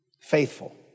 faithful